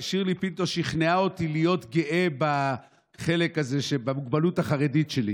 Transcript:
שירלי פינטו שכנעה אותי להיות גאה בחלק הזה שבמוגבלות החרדית שלי,